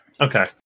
okay